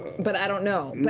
but i don't know.